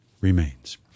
remains